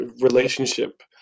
relationship